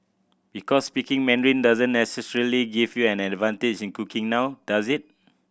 because speaking Mandarin doesn't necessarily give you an advantage in cooking now does it